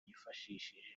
yifashishije